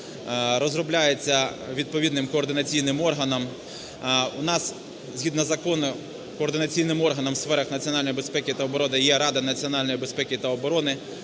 розробляється відповідним координаційним органом. У нас, згідно закону, координаційним органом в сферах національної безпеки та оборони є Рада національної безпеки та оборони,